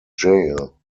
jail